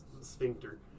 sphincter